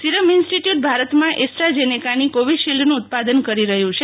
serum Institute ભારતમાં એસ્ટ્રાજેનેકાની કોવિશીલ્ડનું ઉત્પાદન કરી રહ્યું છે